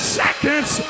seconds